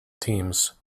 teams